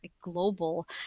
global